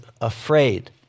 afraid